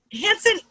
Hanson